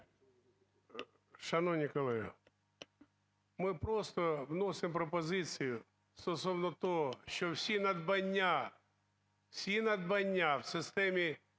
Шановні колеги, ми просто вносимо пропозицію стосовно того, що всі надбання, всі надбання в системі